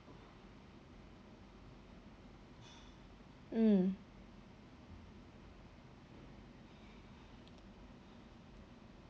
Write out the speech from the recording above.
mm